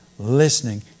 listening